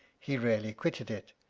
he rarely quitted it,